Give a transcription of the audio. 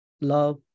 love